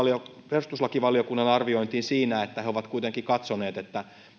perustuslakivaliokunnan arviointiin siinä että he ovat kuitenkin katsoneet että